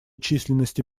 численности